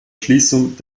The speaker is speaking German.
schließung